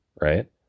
Right